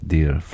Dear